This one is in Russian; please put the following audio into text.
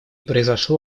произошло